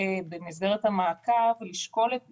במסגרת המעקב לשקול את